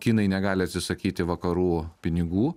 kinai negali atsisakyti vakarų pinigų